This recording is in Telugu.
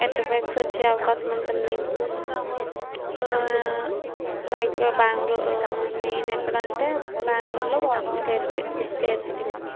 ఎర్త్క్వేక్స్ వచ్చే అవకాశం ఉంటుంది లైక్ బ్యాంగ్లూ మెయిన్ ఎక్కడ అంటే బ్యాంగ్లూర్లో వాటర్ స్కేర్స్కే ఇక స్కేర్సిటీలనీ